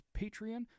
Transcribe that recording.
Patreon